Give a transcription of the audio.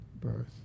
birth